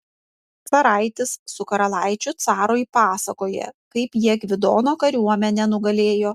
caraitis su karalaičiu carui pasakoja kaip jie gvidono kariuomenę nugalėjo